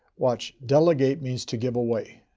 watch, delegate means to give away.